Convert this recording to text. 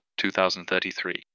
2033